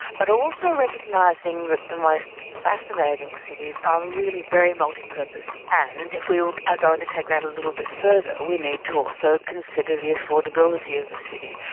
but also recognising that the most fascinating cities are really very multipurpose. and if we we are going to take that a little bit further we need to also consider the affordability of the city.